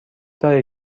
داری